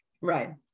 Right